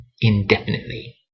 indefinitely